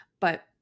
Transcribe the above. But-